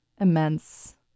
immense